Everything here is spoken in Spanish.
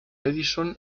edison